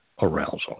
arousal